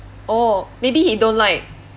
oh maybe he don't like